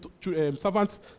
servants